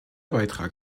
beitrag